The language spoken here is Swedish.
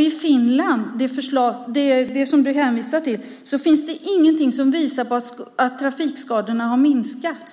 I Finland, som du hänvisade till, finns det ingenting som visar på att trafikskadorna har minskat.